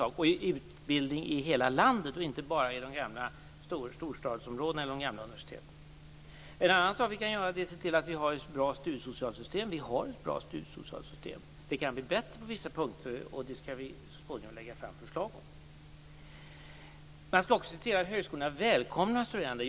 Det gäller utbildning i hela landet och inte bara i storstadsområdena och vid de gamla universiteten. En annan sak vi kan göra är att se till att vi har ett bra studiesocialt system, och det har vi. Det kan bli bättre på vissa punkter, och det skall vi så småningom lägga fram förslag om. Man skall också se till att högskolorna välkomnar studenterna.